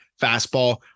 Fastball